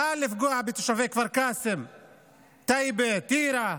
קל לפגוע בתושבי כפר קאסם, טייבה, טירה,